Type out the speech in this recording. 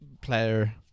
player